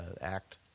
act